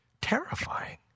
terrifying